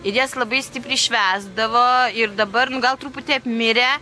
ir jas labai stipriai švęsdavo ir dabar nu gal truputį apmirę